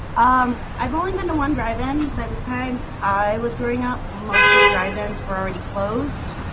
um, i've only been to one drive-in by the time i was growing up most of the drive-ins were already closed